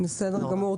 בסדר גמור.